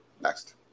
Next